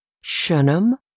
Shunem